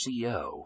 CEO